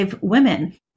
women